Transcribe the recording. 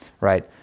right